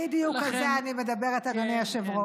בדיוק על זה אני מדברת, אדוני היושב-ראש.